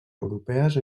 europees